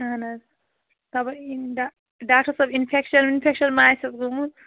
اَہَن حظ خبر یِم ڈا ڈاکٹر صٲب انفیٚکشن وِنفیٚکشن ما آسیٚس گوٚمُت